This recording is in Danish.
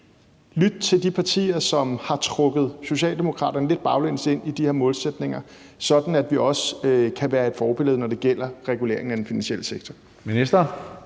lytte til de partier, som har trukket Socialdemokraterne lidt baglæns ind i de her målsætninger, sådan at vi også kan være et forbillede, når det gælder reguleringen af den finansielle sektor?